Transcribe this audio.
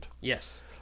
Yes